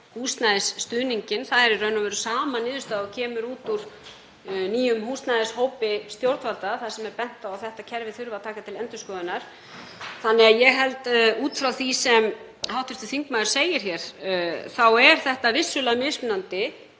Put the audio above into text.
húsnæðisstuðninginn. Það er í raun og veru sama niðurstaða og kemur út úr nýjum húsnæðishópi stjórnvalda þar sem er bent á að þetta kerfi þurfi að taka til endurskoðunar. Út frá því sem hv. þingmaður segir eru rökin fyrir því vissulega mismunandi.